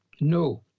no